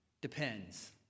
Depends